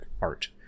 art